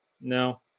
no